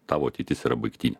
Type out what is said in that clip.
tavo ateitis yra baigtinė